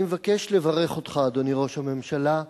אני מבקש לברך אותך, אדוני ראש הממשלה,